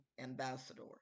ambassador